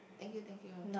thank you thank you